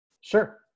Sure